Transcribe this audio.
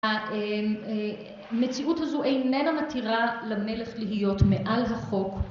המציאות הזו איננה מתירה למלך להיות מעל החוק.